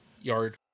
yard